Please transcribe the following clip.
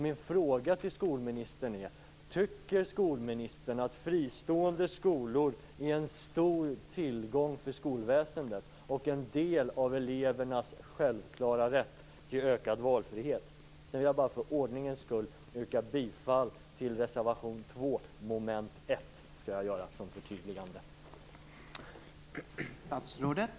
Min fråga till skolministern är: Tycker skolministern att fristående skolor är en stor tillgång för skolväsendet och en del av elevernas självklara rätt till en ökad valfrihet? Sedan vill jag för ordningens skull yrka bifall till reservation 2, under mom. 1.